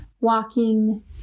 walking